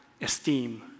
esteem